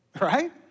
right